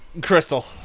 Crystal